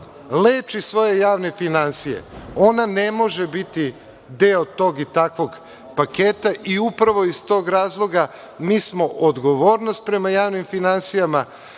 leči svoje javne finansije, ona ne može biti deo tog i takvog paketa. Upravo iz tog razloga mi smo odgovornost prema javnim finansijama,